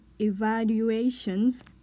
evaluations